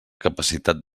capacitat